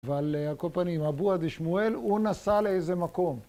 אבל על כל פנים, אבו עדי שמואל הוא נסע לאיזה מקום.